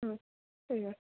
হুম ঠিক আছে